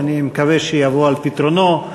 ואני מקווה שהוא יבוא על פתרונו,